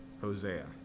Hosea